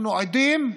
אנחנו עדים,